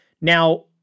now